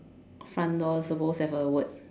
front door supposed to have a word